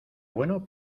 bueno